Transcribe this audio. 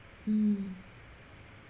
mm